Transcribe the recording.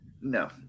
No